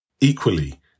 Equally